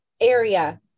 area